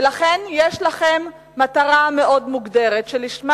ולכן יש לכם מטרה מאוד מוגדרת שלשמה